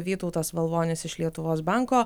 vytautas valvonis iš lietuvos banko